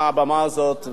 מהבמה הזאת,